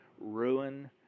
ruin